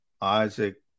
Isaac